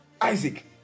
Isaac